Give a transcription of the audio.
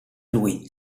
lui